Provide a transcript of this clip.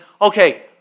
okay